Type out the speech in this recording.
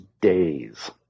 days